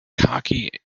cocky